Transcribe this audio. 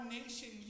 nation